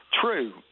True